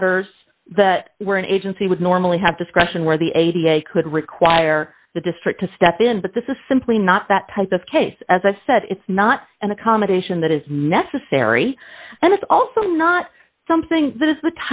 matters that were an agency would normally have discretion where the eighty eight could require the district to step in but this is simply not that type of case as i said it's not an accommodation that is necessary and it's also not something that is the